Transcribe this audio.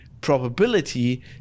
probability